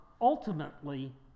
ultimately